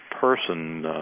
person